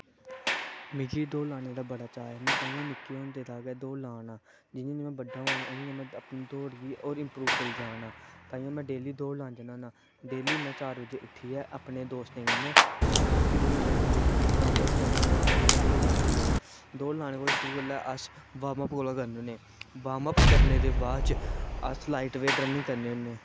मिगी दौड़ लानै दा बड़ा चाऽ में तां गै निक्के होंदे दा दौड़ लांदे आवा ना जियां जियां बड्डा होंदा जा करना अपनी दौड़ गी होर इम्प्रूव करदा जा करना तां में डेली दौड़ लानै गी जन्ना होना डेली में चार बजे उट्ठियै अपने दोस्तें कन्नै इक्क किलोमीटर दूर ग्राऊंड च जन्ना होना ते उत्थें दौड़ लाना होना दौड़ शुरू करने कोला पैह्लें अस वार्म अप करने होने वार्म अप करने दे बाद च अस लाईट वेट रनिंग करने होने